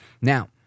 Now